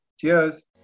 Cheers